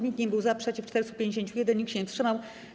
Nikt nie był za, przeciw - 451, nikt się nie wstrzymał.